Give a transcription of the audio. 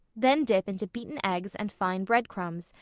then dip into beaten eggs and fine bread-crumbs,